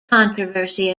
controversy